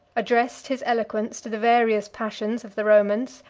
addressed his eloquence to the various passions of the romans,